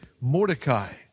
Mordecai